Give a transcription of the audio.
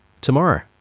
tomorrow